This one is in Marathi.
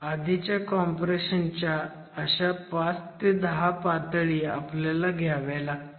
आधीच्या कॉम्प्रेशन च्या अशा 5 10 पातळी आपल्याला घ्याव्या लागतील